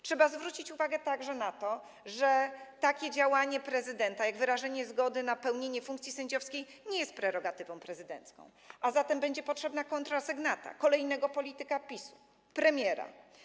Trzeba zwrócić uwagę także na to, że takie działanie prezydenta jak wyrażenie zgody na pełnienie funkcji sędziowskiej nie jest prerogatywą prezydencką, a zatem będzie potrzebna kontrasygnata kolejnego polityka PiS-u - premiera.